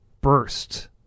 burst